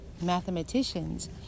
mathematicians